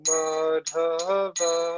Madhava